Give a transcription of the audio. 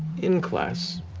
in class,